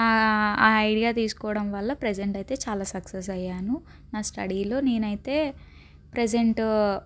ఆ ఐడియా తీసుకోవడం వల్ల ప్రెజెంట్ అయితే చాలా సక్సెస్ అయ్యాను నా స్టడీలో నేనైతే ప్రెజెంటూ